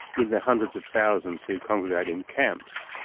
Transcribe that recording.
in their hundreds of thousands who congregate in camps,